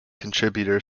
contributor